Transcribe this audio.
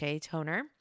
toner